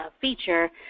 feature